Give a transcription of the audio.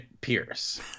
Pierce